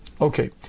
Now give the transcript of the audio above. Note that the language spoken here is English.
Okay